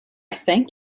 thank